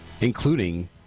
Including